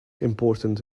important